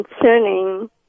concerning